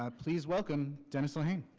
um please welcome dennis lehane.